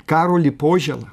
karolį požėlą